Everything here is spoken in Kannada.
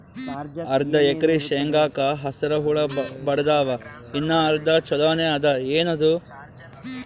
ಅರ್ಧ ಎಕರಿ ಶೇಂಗಾಕ ಹಸರ ಹುಳ ಬಡದಾವ, ಇನ್ನಾ ಅರ್ಧ ಛೊಲೋನೆ ಅದ, ಏನದು?